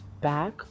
back